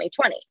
2020